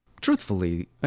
truthfully